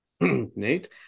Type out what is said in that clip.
Nate